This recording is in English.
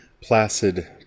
placid